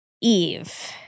Eve